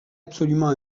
absolument